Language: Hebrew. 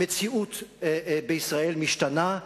המציאות בישראל משתנה,